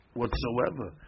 whatsoever